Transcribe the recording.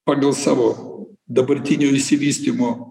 pagal savo dabartinio išsivystymo